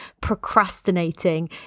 procrastinating